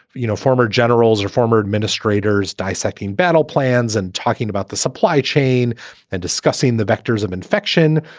you know, former generals or former administrators dissecting battle plans and talking about the supply chain and discussing the vectors of infection.